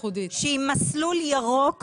שהיא מסלול ירוק